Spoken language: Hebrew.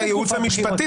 ייעוץ משפטי.